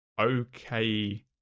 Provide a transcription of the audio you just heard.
okay